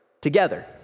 together